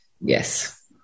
yes